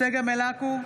צגה מלקו,